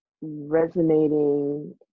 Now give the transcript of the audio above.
resonating